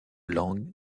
langues